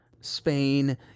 spain